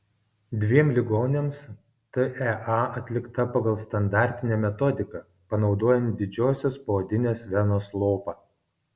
dviem ligoniams tea atlikta pagal standartinę metodiką panaudojant didžiosios poodinės venos lopą